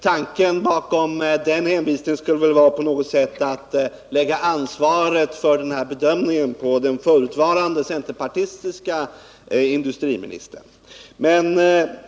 Tanken bakom den hänvisningen torde väl vara att på något sätt försöka lägga ansvaret för bedömningen på den förutvarande, centerpartistiske industriministern.